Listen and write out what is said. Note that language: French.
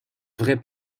vraie